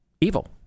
evil